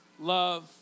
love